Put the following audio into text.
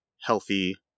healthy